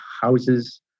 houses